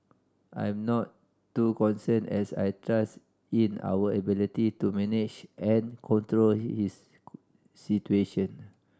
I'm not too concerned as I trust in our ability to manage and control he is situation